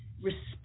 respect